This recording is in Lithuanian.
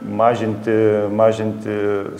mažinti mažinti